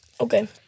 Okay